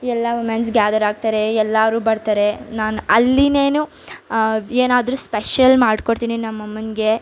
ಎಲ್ಲ womens gather ಆಗ್ತಾರೆ ಎಲ್ಲರೂ ಬರ್ತಾರೆ ನಾನು ಅಲ್ಲಿನ್ನೇನು ಏನಾದರೂ ಸ್ಪೆಷಲ್ ಮಾಡ್ಕೊಡ್ತೀನಿ ನಮ್ಮಮ್ಮನಿಗೆ